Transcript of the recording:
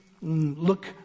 look